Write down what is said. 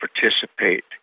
participate